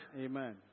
Amen